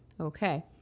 Okay